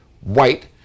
white